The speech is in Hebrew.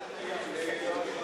מה למשל?